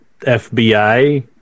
FBI